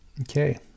Okay